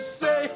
say